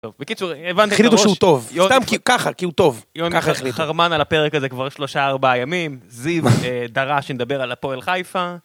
בקיצור הבנתי. החליטו שהוא טוב. סתם כי ככה כי הוא טוב. ככה יוני חרמן על הפרק הזה כבר שלושה ארבעה ימים. זיו דרש שנדבר על הפועל חיפה.